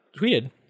tweeted